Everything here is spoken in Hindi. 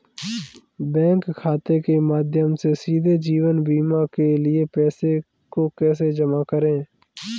बैंक खाते के माध्यम से सीधे जीवन बीमा के लिए पैसे को कैसे जमा करें?